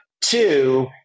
Two